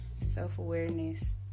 self-awareness